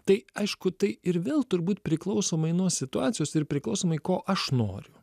tai aišku tai ir vėl turbūt priklausomai nuo situacijos ir priklausomai ko aš noriu